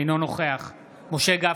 אינו נוכח משה גפני,